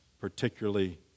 particularly